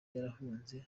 yarahunze